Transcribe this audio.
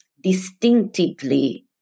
distinctively